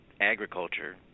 agriculture